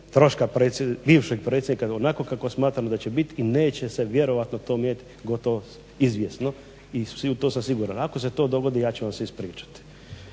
troška bivšeg predsjednika nego onako kako smatramo da će biti i neće se to vjerojatno mijenjati gotovo izvjesno i u to sam siguran. Ako se to dogodi ja ću vam se ispričati